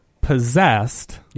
possessed